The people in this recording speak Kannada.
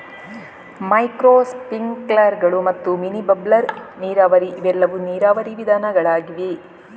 ಮೈಕ್ರೋ ಸ್ಪ್ರಿಂಕ್ಲರುಗಳು ಮತ್ತು ಮಿನಿ ಬಬ್ಲರ್ ನೀರಾವರಿ ಇವೆಲ್ಲವೂ ನೀರಾವರಿ ವಿಧಾನಗಳಾಗಿವೆ